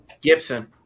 Gibson